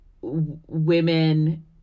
women